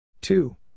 two